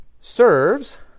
serves